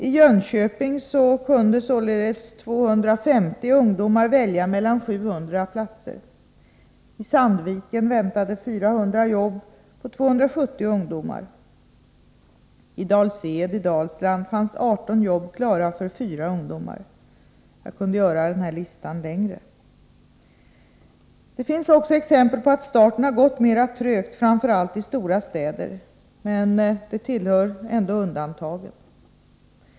I Jönköping kunde således 250 ungdomar välja mellan 700 platser, i Sandviken väntade 400 jobb på 270 ungdomar, i Dals Ed i Dalsland fanns 18 jobb klara för 4 ungdomar. Jag kunde göra listan längre. Det finns också exempel på att starten har gått mera trögt, framför allt i stora städer. Men det tillhör undantagen.